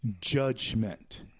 judgment